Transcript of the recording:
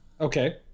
Okay